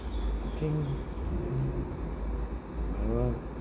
I think my [one] my [one]